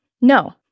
No